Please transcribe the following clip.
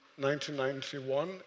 1991